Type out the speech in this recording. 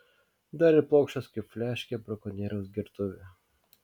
dar ir plokščias kaip fliaškė brakonieriaus gertuvė